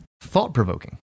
thought-provoking